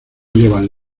llevan